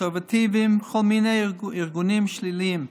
הקונסרבטיבים וכל מיני ארגונים שליליים.